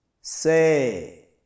say